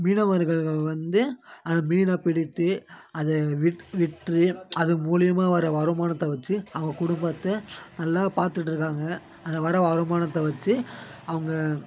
மீனவர்கள் வந்து மீனை பிடித்து அதை விற்று அது மூலியமாக வர்ற வருமானத்தை வச்சு அவங்க குடும்பத்தை நல்லா பாத்துகிட்ருக்காங்க அதில் வர்ற வருமானத்தை வச்சு அவங்க